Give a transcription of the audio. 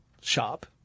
shop